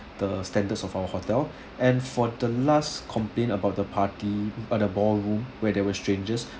the standards of our hotel and for the last complaint about the party about the ball room where there were strangers